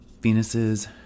Venus's